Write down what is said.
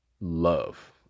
love